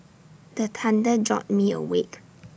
the thunder jolt me awake